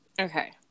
okay